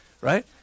right